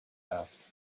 asked